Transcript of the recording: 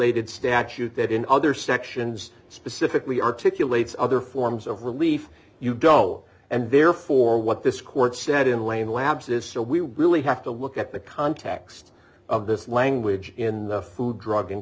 ated statute that in other sections specifically articulate other forms of relief you go and therefore what this court said in lay in labs is still we really have to look at the context of this language in the food drug and